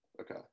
okay